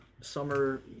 Summer